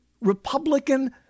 Republican